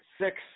Six –